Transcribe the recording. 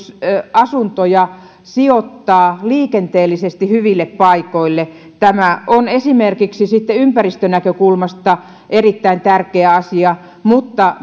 asuntoja sijoittaa liikenteellisesti hyville paikoille tämä on esimerkiksi ympäristönäkökulmasta erittäin tärkeä asia mutta